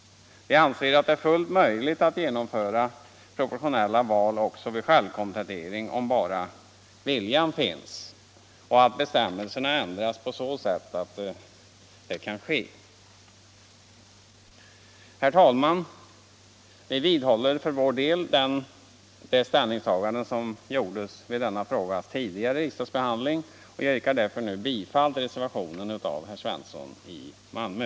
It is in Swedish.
Det är, menar vi, fullt möjligt att genomföra proportionella val också vid självkomplettering — om bara viljan finns och om bestämmelserna ändras på sätt som behövs. Herr talman! Vi vidhåller för vår del det ställningstagande som gjorts vid denna frågas tidigare riksdagsbehandling. Jag yrkar därför nu bifall till reservationen av herr Svensson i Malmö.